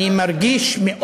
איזה מזל שיש לנו אותך.